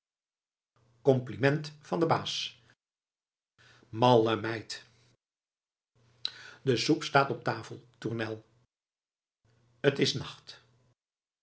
compliment van den baas malle meid de soep staat op tafel tournel t is